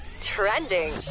trending